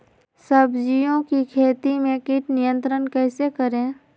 सब्जियों की खेती में कीट नियंत्रण कैसे करें?